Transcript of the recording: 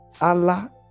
allah